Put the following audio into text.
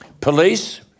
Police